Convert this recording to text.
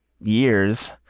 years